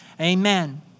Amen